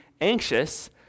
anxious